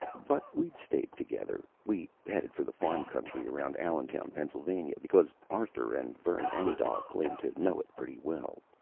but we'd stayed together. we headed for the farm country around allentown, pennsylvania, because arthur and vern engdahl claimed to know it pretty well.